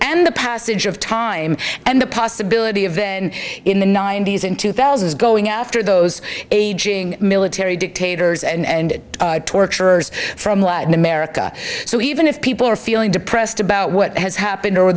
and the passage of time and the possibility of then in the ninety's in two thousand is going after those aging military dictators and torturers from latin america so even if people are feeling depressed about what has happened or